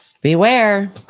beware